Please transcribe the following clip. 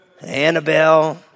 Annabelle